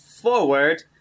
forward